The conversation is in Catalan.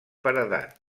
paredat